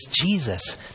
Jesus